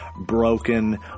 broken